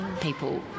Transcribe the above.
people